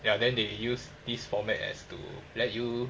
ya then they use this format as to let you